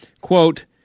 Quote